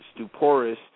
stuporous